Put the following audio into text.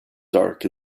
dark